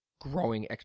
growing